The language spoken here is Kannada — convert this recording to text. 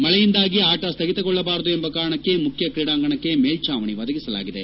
ಮಳೆಯಿಂದಾಗಿ ಆಟ ಸ್ವಗಿತಗೊಳ್ಳಬಾರದು ಎಂಬ ಕಾರಣಕ್ಕೆ ಮುಖ್ಯ ಕ್ರೀಡಾಂಗಣಕ್ಕೆ ಮೇಲ್ಟಾವಣಿ ಒದಗಿಸಲಾಗಿದೆ